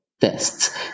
tests